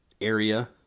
area